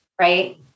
right